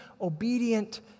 obedient